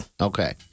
Okay